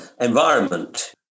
environment